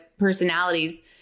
personalities